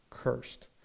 Cursed